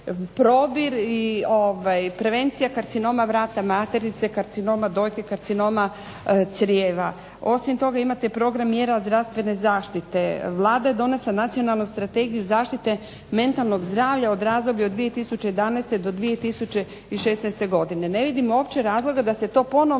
probir i prevencija karcinoma vrata maternice, karcinoma dojki, karcinoma crijeva. Osim toga imate program mjera zdravstvene zaštite. Vlada je odnijela nacionalnu strategiju zaštite mentalnog zdravlja od razdoblja 2001. do 2016. godine. Ne vidim uopće razloga da se to ponovno